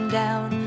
down